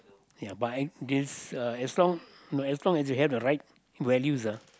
ya but I this uh as long as long they have the right values ah